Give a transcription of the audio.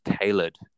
tailored